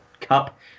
Cup